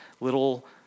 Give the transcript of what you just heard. little